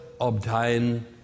obtain